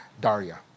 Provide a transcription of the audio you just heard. Daria